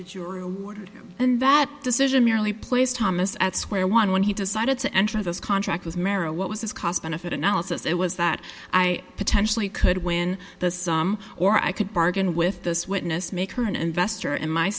that you were awarded and that decision merely plays thomas at square one when he decided to enter this contract with merrill what was his cost benefit analysis it was that i potentially could win the sum or i could bargain with this witness make her an investor in my